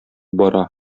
бара